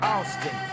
Austin